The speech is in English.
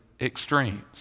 extremes